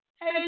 Hey